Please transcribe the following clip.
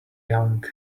young